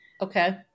Okay